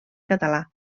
català